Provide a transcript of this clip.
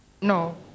No